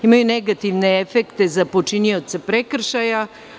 Imaju negativne efekte za počinioce prekršaja.